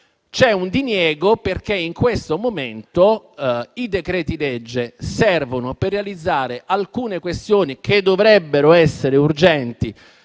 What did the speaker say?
successivo, ma perché in questo momento i decreti-legge servono per realizzare alcune questioni che dovrebbero essere urgenti